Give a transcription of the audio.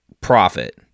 profit